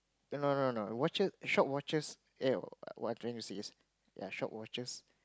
no no no watches shop watches eh no what I'm trying to say is ya shop watches